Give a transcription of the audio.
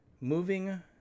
moving